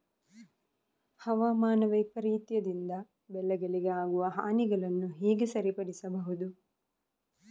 ಹವಾಮಾನ ವೈಪರೀತ್ಯದಿಂದ ಬೆಳೆಗಳಿಗೆ ಆಗುವ ಹಾನಿಗಳನ್ನು ಹೇಗೆ ಸರಿಪಡಿಸಬಹುದು?